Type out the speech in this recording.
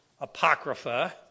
Apocrypha